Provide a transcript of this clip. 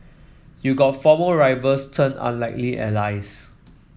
you've got former rivals turned unlikely allies